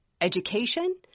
education